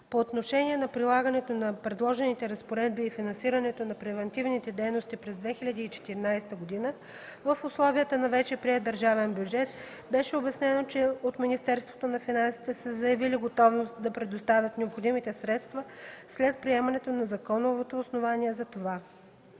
По отношение на прилагането на предложените разпоредби и финансирането на превантивните дейности през 2014 г. в условията на вече приет държавен бюджет беше обяснено, че от Министерството на финансите са заявили готовност да предоставят необходимите средства, след приемането на законовото основание за това.